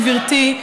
גברתי,